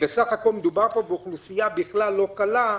בסך הכול מדובר פה באוכלוסייה בכלל לא קלה,